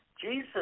Jesus